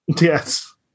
Yes